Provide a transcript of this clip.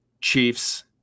Chiefs